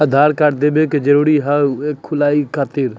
आधार कार्ड देवे के जरूरी हाव हई खाता खुलाए खातिर?